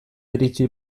iritsi